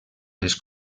les